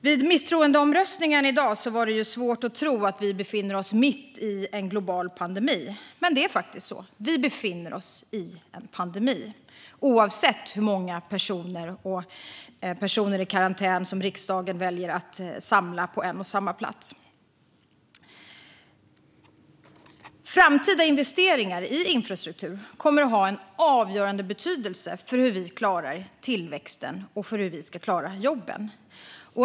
Vid misstroendeomröstningen i dag var det svårt att tro att vi befinner oss mitt i en global pandemi. Men det är faktiskt så. Vi befinner oss i en pandemi, oavsett hur många personer i karantän som riksdagen väljer att samla på en och samma plats. Framtida investeringar i infrastruktur kommer att ha en avgörande betydelse för hur vi klarar tillväxt och jobb.